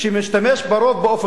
שמשתמש ברוב באופן אוטומטי.